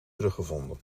teruggevonden